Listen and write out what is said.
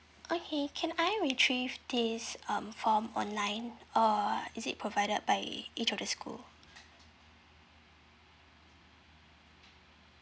okay can I retrieve this um form online or is it provided by each of the school